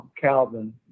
Calvin